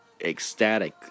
ecstatic